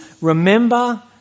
remember